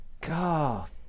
God